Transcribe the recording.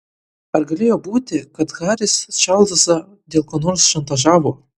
ar galėjo būti kad haris čarlzą dėl ko nors šantažavo